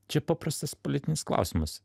čia paprastas politinis klausimas